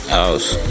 house